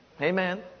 Amen